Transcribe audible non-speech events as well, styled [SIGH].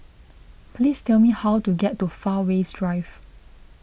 [NOISE] please tell me how to get to Fairways Drive